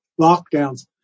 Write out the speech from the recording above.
lockdowns